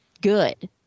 good